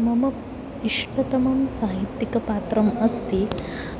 मम इष्टतमं साहित्यकपात्रम् अस्ति